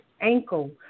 ankle